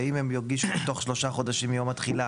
ואם הם יגישו בתוך שלושה חודשים מיום התחילה